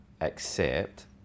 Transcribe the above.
accept